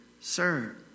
Sir